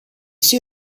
see